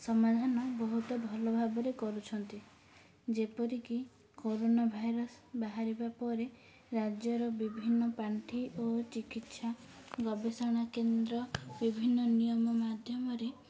ସମାଧାନ ବହୁତ ଭଲ ଭାବରେ କରୁଛନ୍ତି ଯେପରିକି କରୋନା ଭାଇରସ୍ ବାହାରିବା ପରେ ରାଜ୍ୟର ବିଭିନ୍ନ ପାଣ୍ଠି ଓ ଚିକିତ୍ସା ଗବେଷଣା କେନ୍ଦ୍ର ବିଭିନ୍ନ ନିୟମ ମାଧ୍ୟମରେ